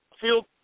Field